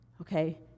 okay